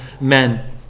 men